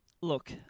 Look